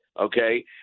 okay